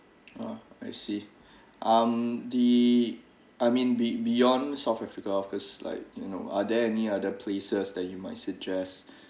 oh I see um the I mean be beyond south africa of course like you know are there any other places that you might suggest